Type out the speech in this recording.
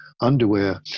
underwear